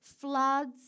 floods